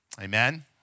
amen